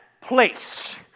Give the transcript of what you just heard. place